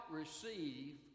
receive